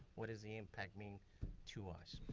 what does the impact mean to us?